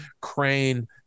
crane